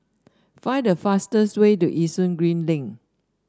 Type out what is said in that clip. find the fastest way to Yishun Green Link